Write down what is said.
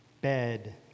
bed